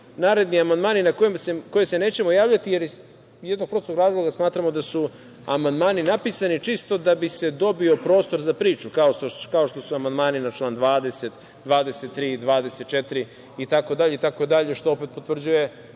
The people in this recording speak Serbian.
naredni amandmani na koje se nećemo javljati iz jednog prostog razloga, jer smatramo da su amandmani napisani čisto da bi se dobio prostor za priču, kao što su amandmani na član 20, 23, 24. itd, što opet potvrđuje